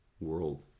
world